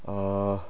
uh